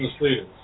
leaders